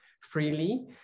freely